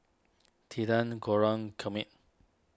Tilden Kermit